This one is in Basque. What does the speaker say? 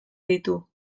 ditu